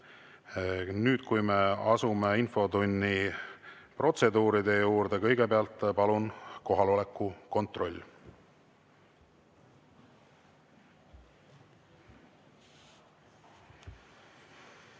nüüd, kui me asume infotunni protseduuride juurde, palun kõigepealt kohaloleku kontroll.